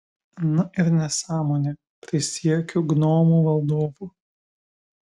na ir nesąmonė prisiekiu gnomų valdovu